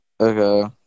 Okay